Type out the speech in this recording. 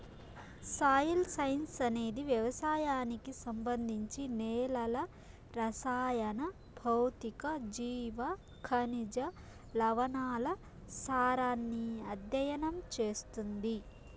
soil science అనేది వ్యవసాయానికి సంబంధించి నేలల రసాయన, భౌతిక, జీవ, ఖనిజ, లవణాల సారాన్ని అధ్యయనం చేస్తుంది